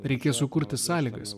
reikės sukurti sąlygas